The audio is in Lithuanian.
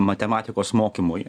matematikos mokymui